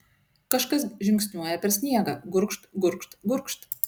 kažkas žingsniuoja per sniegą gurgžt gurgžt gurgžt